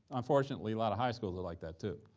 unfortunately, a lot of high schools are like that too.